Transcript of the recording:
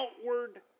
outward